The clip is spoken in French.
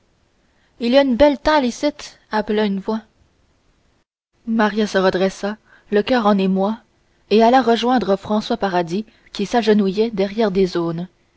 il y a une belle talle icitte appela une voix maria se redressa le coeur en émoi et alla rejoindre françois paradis qui s'agenouillait derrière les aunes